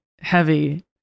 heavy